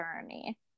journey